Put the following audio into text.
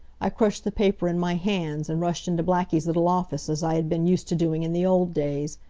i crushed the paper in my hands, and rushed into blackie's little office as i had been used to doing in the old days.